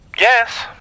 Yes